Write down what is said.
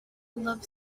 love